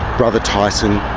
brother tyson,